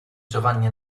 giovanni